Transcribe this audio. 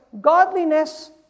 godliness